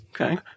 Okay